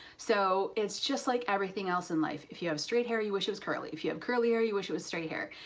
so it's just like everything else in life. if you have straight hair you wish it was curly, if you have curly hair you wish it was straight hair.